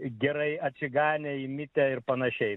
gerai atsiganę įmitę ir panašiai